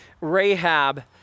Rahab